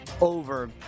over